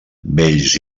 vells